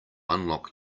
unlock